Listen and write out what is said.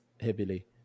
heavily